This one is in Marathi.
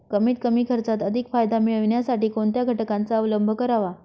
कमीत कमी खर्चात अधिक फायदा मिळविण्यासाठी कोणत्या घटकांचा अवलंब करावा?